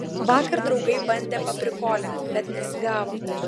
vakar draugai bandė paprikolint bet nesigavo